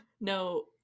no